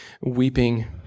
weeping